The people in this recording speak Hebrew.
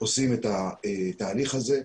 עושים את התהליך הזה.